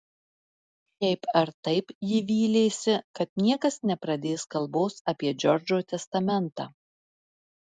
šiaip ar taip ji vylėsi kad niekas nepradės kalbos apie džordžo testamentą